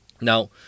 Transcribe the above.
Now